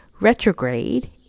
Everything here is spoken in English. retrograde